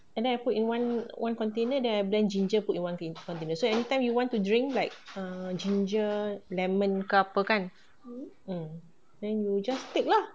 and then I put in one one container then I blend ginger put in one container so anytime you want to drink like err ginger lemon ke apa kan mm then you just take lah